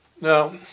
Now